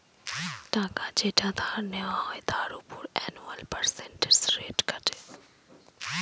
টাকা যেটা ধার নেওয়া হয় তার উপর অ্যানুয়াল পার্সেন্টেজ রেট কাটে